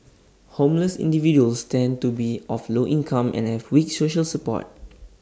homeless individuals tend to be of low income and have weak social support